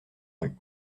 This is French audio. rue